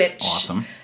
awesome